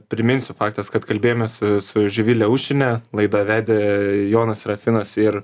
priminsiu faktas kad kalbėjomės su živile uščine laidą vedė jonas serafinas ir